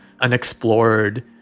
unexplored